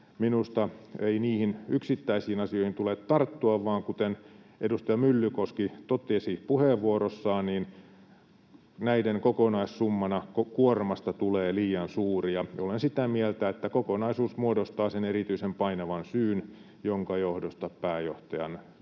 Minusta ei niihin yksittäisiin asioihin tule tarttua, vaan kuten edustaja Myllykoski totesi puheenvuorossaan, niin näiden kokonaissummana kuormasta tulee liian suuri, ja olen sitä mieltä, että kokonaisuus muodostaa sen erityisen painavan syyn, jonka johdosta pääjohtajan virkasuhde